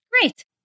Great